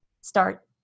start